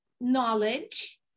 knowledge